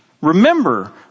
Remember